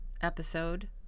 episode